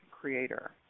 creator